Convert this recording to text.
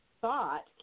thought